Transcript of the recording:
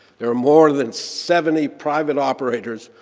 there are more than seventy private operators,